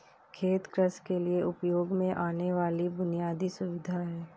खेत कृषि के लिए उपयोग में आने वाली बुनयादी सुविधा है